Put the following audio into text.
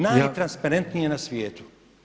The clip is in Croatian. Netransparentnije na svijetu.